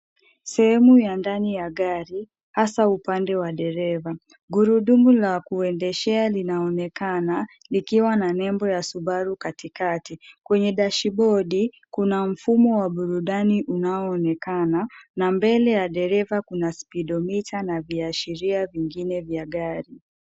Sehemu ya ndani ya gari hasa upande wa dereva. Gurudumu la kuendeshea linaonekana likiwa na nembo ya subaru katikati. Kwenye dashibodi kuna mfumo wa burudani unaoonekana na mbele ya dereva kuna spidomita na viashiria vingine vya gari.